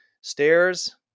Stairs